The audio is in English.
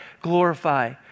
glorify